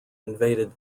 invaded